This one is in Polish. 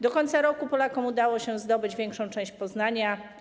Do końca roku Polakom udało się zdobyć większą część Poznania.